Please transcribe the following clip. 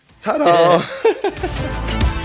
ta-da